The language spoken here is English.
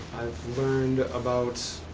learned about